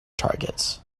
targets